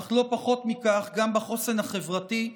אך לא פחות מכך גם בחוסן החברתי,